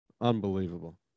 unbelievable